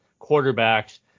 quarterbacks